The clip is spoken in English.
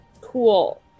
Cool